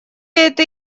это